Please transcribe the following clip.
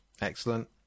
Excellent